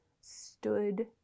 stood